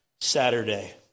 Saturday